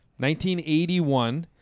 1981